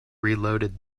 reloaded